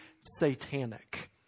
satanic